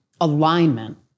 alignment